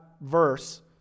verse